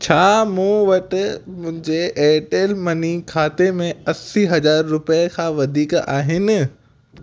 छा मूं वटि मुंहिंजे एयरटेल मनी खाते में असीं हज़ार रुपए खां वधीक आहिनि